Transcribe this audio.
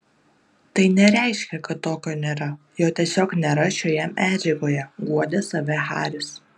tai nereiškia kad tokio nėra jo tiesiog nėra šioje medžiagoje guodė save haris